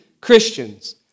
Christians